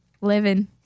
Living